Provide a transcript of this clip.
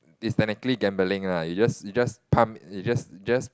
it's technically gambling lah you just you just pump you just just